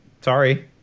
sorry